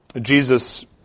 Jesus